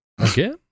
okay